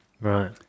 Right